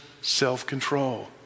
self-control